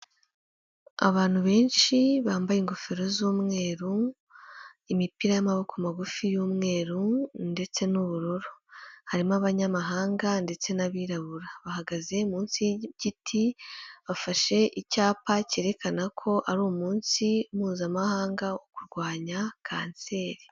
abantu benshi bambaye ingofero z'umweru, imipira y'amaboko magufi y'umweru, ndetse n'ubururu, harimo Abanyamahanga ndetse n'Abirabura, bahagaze munsi y'igiti bafashe icyapa cyerekana ko ari umunsi Mpuzamahanga wo kurwanya kanseri.